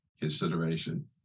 consideration